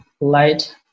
light